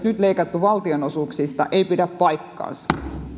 leikattu valtionosuuksista ei pidä paikkaansa